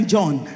John